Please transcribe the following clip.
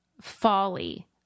folly